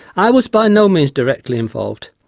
i was by no means directly involved,